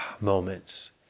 moments